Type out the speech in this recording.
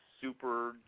super